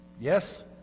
Yes